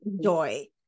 joy